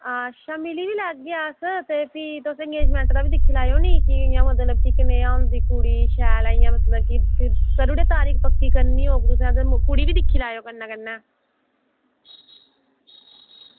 अच्छा ते मिली बी लैगे अस ते तुस थोह्ड़ा अंगेज़मेंट दा दिक्खी बी लैयो नी तुस ते कनेही होंदी कुड़ी इंया शैल ऐ की मतलब करी ओड़ेओ तारीख पक्की करनी होग ते कुड़ी बी दिक्खी लैयो कन्नै कन्नै